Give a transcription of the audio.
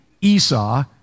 Esau